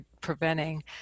preventing